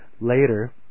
Later